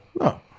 No